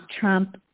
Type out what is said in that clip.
Trump